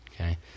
okay